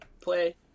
play